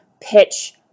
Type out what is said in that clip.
pitch